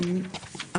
בישראל.